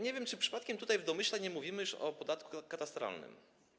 Nie wiem, czy przypadkiem w domyśle nie mówimy już o podatku katastralnym.